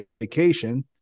vacation